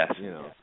Yes